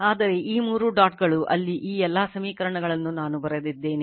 ಆದರೆ ಈ 3 ಡಾಟ್ ಗಳು ಅಲ್ಲಿ ಈ ಎಲ್ಲಾ ಸಮೀಕರಣಗಳನ್ನು ನಾನು ಬರೆದಿದ್ದೇನೆ